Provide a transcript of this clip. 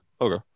Okay